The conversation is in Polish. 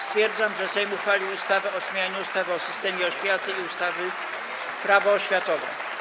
Stwierdzam, że Sejm uchwalił ustawę o zmianie ustawy o systemie oświaty i ustawy Prawo oświatowe.